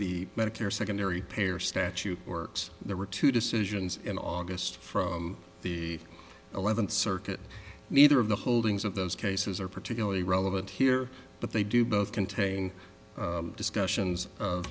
the medicare secondary payer statute works there were two decisions in august from the eleventh circuit neither of the holdings of those cases are particularly relevant here but they do both contain discussions